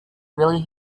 really